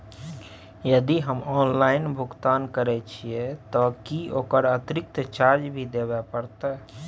यदि हम ऑनलाइन भुगतान करे छिये त की ओकर अतिरिक्त चार्ज भी देबे परतै?